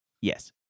Yes